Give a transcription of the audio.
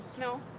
No